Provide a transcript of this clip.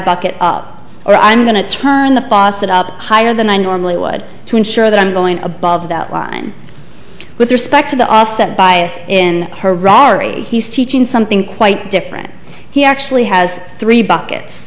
bucket or i'm going to turn the faucet up higher than i normally would to ensure that i'm going above that line with respect to the offset bias in harare he's teaching something quite different he actually has three buckets